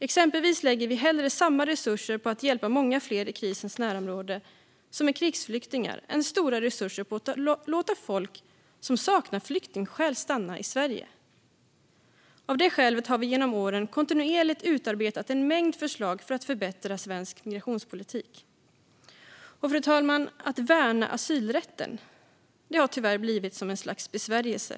Exempelvis lägger vi hellre resurser på att hjälpa många fler krigsflyktingar i krisens närområde än stora resurser på att låta folk som saknar flyktingskäl stanna i Sverige. Av det skälet har vi genom åren kontinuerligt utarbetat en mängd förslag för att förbättra svensk migrationspolitik. Fru talman! Att värna asylrätten har tyvärr blivit som ett slags besvärjelse.